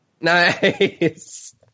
Nice